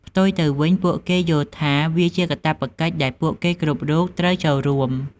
ផ្ទុយទៅវិញ ពួកគេយល់ថាវាជាកាតព្វកិច្ចដែលពួកគេគ្រប់រូបត្រូវតែចូលរួម។